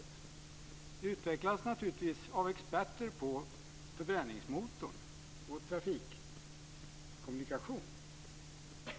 Det här utvecklades naturligtvis av experter på förbränningsmotorn och på trafikkommunikation.